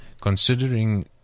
considering